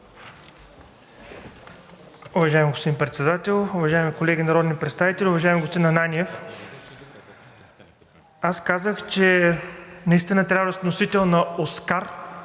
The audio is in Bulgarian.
Уважаеми господин Председател, уважаеми колеги народни представители! Уважаеми господин Ананиев, аз казах, че наистина трябва да си носител на „Оскар“,